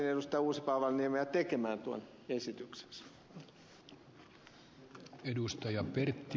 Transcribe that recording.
uusipaavalniemeä tekemään tuon esityksensä